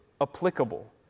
applicable